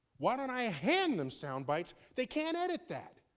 why don't i hand them sound bites? they can't edit that.